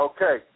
Okay